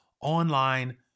online